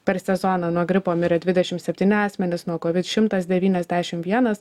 per sezoną nuo gripo mirė dvidešim septyni asmenys nuo kovid šimtas devyniasdešim vienas